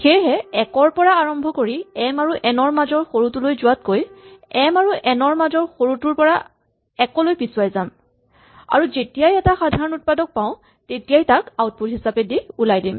সেয়েহে ১ ৰ পৰা আৰম্ভ কৰি এম আৰু এন ৰ মাজৰ সৰুটোলৈ যোৱাতকৈ এম আৰু এন ৰ সৰুটোৰ পৰা ১ লৈকে পিছুৱাই যাম আৰু যেতিয়াই এটা সাধাৰণ উৎপাদক পাওঁ তেতিয়াই তাক আউটপুট হিচাপে দি ওলাই দিম